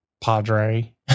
Padre